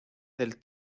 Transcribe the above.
del